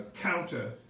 counter